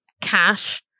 cash